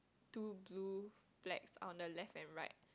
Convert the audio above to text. two blue flags on the left and right